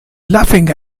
laughing